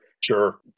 Sure